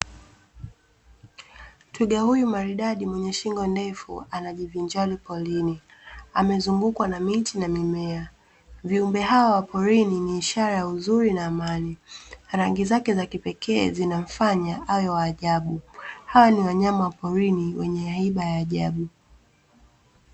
Twiga huyu maridadi mwenye shingo ndefu anajivinjari porini, amezungukwa na miti na mimea. Viumbe hawa wa porini ni ishara ya uzuri na amani, rangi zake za kipekee zinamfanya awe wa ajabu. Hawa ni wanyama wa porini wenye haiba ya ajabu